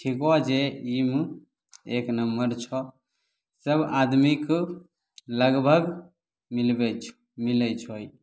छीको जे ई मे एक नंबर छऽ सब आदमीके लगभग मिलबै छो मिलैत छो ई